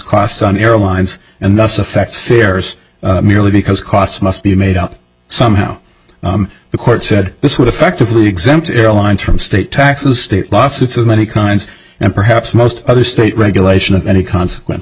crossed on airlines and thus affects fares merely because costs must be made up somehow the court said this would effectively exempt airlines from state taxes state lawsuits and many kinds and perhaps most other state regulation of any consequence